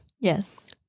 Yes